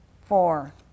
Four